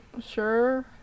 Sure